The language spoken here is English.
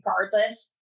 regardless